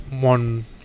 one